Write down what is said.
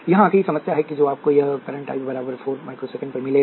यहाँ आखिरी समस्या है जो आपको यह करंट I १ बराबर ५ माइक्रोसेकंड पर मिलेगा